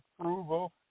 approval